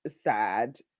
sad